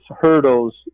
hurdles